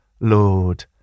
Lord